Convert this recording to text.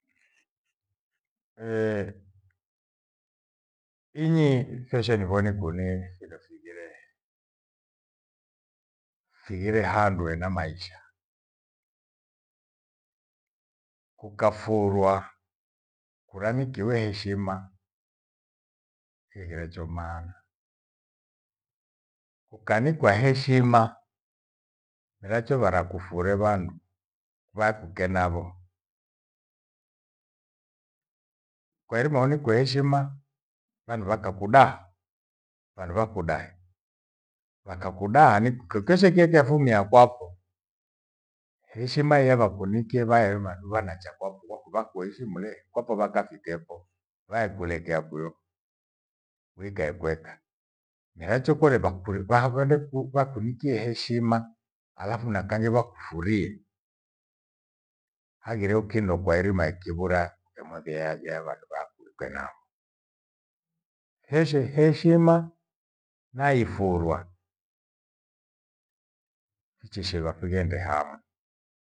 Inyi keshe ni ghoni kunii findo figheree. Fighire handu ena maisha. Ukafurwa kuramikiwa he heshima kighiracho maana. Ukanikwa heshima miracho vara kufure vandu vakukenavo. Kwairima unikwe heshima vandu vakakudaa, vandu vakakudai. Wakakudaa niku chochose kya chafumia kwafo. Heshima iya vakunikie vairima dua na chakwako kuva kuva kuishi muree kwafo vakafikefo, vaelekulekea kwio uikae kuweka. Miracho kore vakuri vahagwende ku vakunikie heshima halafu na kanyi vakufurie. Haghire ukindo kwairima ikivura kometheagia vandu vyakuluke navo. Heshi- heshima naifurwa, fichishighwa vighende hamwi